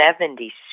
Seventy